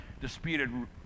disputed